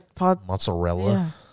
Mozzarella